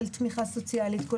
תמיכה סוציאלית,